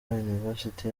university